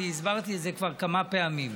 הסברתי את זה כבר כמה פעמים.